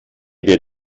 der